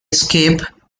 escape